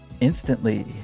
instantly